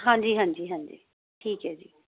ਹਾਂਜੀ ਹਾਂਜੀ ਹਾਂਜੀ ਠੀਕ ਹੈ ਜੀ